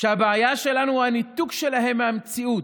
שהבעיה שלנו היא הניתוק שלהם מהמציאות.